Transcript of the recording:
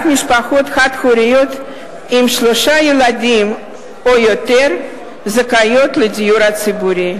רק משפחות חד-הוריות עם שלושה ילדים או יותר זכאיות לדיור ציבורי.